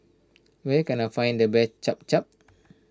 where can I find the best Cham Cham